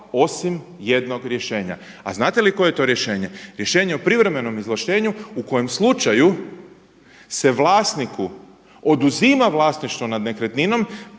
osim jednog rješenja. A znate li koje je to rješenje? Rješenje o privremenom izvlaštenju u kojem slučaju se vlasniku oduzima vlasništvo nad nekretninom